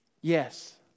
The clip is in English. Yes